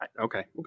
Okay